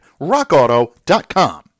RockAuto.com